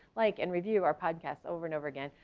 like, and review our podcasts over and over again.